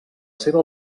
seva